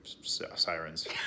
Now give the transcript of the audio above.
sirens